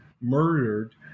murdered